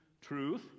truth